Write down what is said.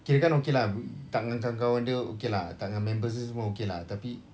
kirakan okay lah tak macam kawan dia okay lah tak dengan members dia semua okay lah tapi